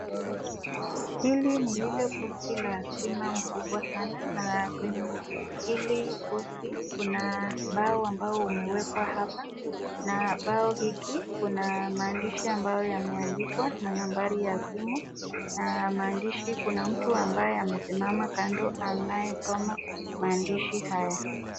Hili ni lile posti la stima mkubwa sana na kwenye hili posti kuna mbao ambao umewekwa hapa na mbao hiki kuna maandishi ambayo yameandikwa na nambari ya simu na maandishi kuna mtu ambaye amesimama kando anayesoma maandishi haya.